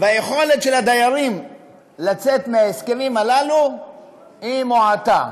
והיכולת של הדיירים לצאת מההסכמים האלו היא מועטה.